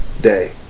day